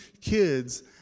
kids